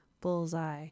Bullseye